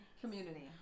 Community